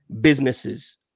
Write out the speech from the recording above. businesses